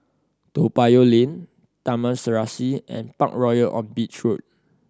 Toa Payoh Lane Taman Serasi and Parkroyal on Beach Road